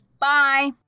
Bye